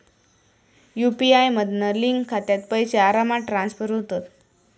UPI मधना link खात्यात पैशे आरामात ट्रांसफर होतत